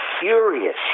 furious